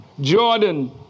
Jordan